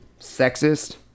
Sexist